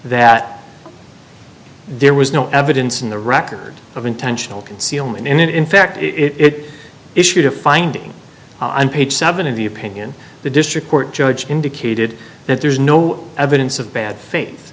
that there was no evidence in the record of intentional concealment and then in fact it issued a finding i'm page seven in the opinion the district court judge indicated that there's no evidence of bad fa